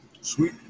Sweet